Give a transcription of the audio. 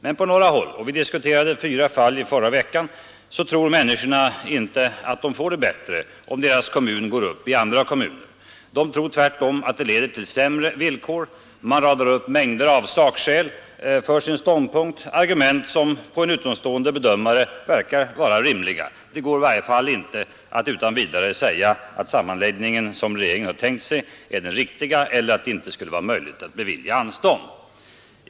Men på några håll — vi diskuterade fyra fall i förra veckan — tror människorna inte att de får det bättre om deras kommun går upp i andra kommuner. De tror tvärtom att det leder till sämre villkor. De radar upp mängder av sakskäl för sin ståndpunkt, argument som på en utomstående bedömare verkar vara rimliga. Det går i varje fall inte att utan vidare säga att den sammanläggning som regeringen har tänkt sig är den riktiga eller att det inte skulle vara möjligt att bevilja anstånd.